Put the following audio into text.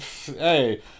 hey